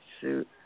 suit